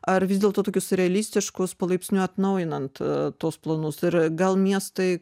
ar vis dėlto tokius realistiškus palaipsniui atnaujinant tuos planus ir gal miestai